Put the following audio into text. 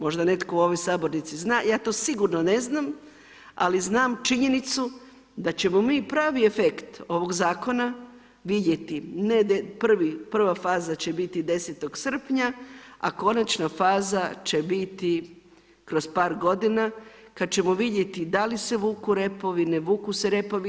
Možda netko u ovoj sabornici zna, ja to sigurno ne znam, ali znam činjenicu da ćemo mi pravi efekt ovog zakona vidjeti, prva faza će biti 10. srpnja, a konačna faza će biti kroz par godina kada ćemo vidjeti da li se vuku repovi, ne vuku se repovi.